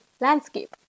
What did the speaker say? landscape